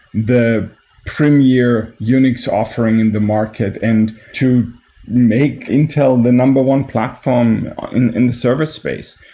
the premier unix offering in the market and to make intel the number one platform in in the service space.